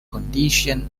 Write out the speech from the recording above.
conditions